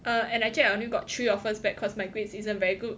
err actually I only got three offers back cause my grades isn't very good